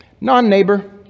non-neighbor